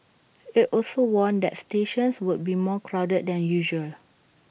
IT also warned that stations would be more crowded than usual